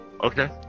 Okay